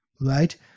Right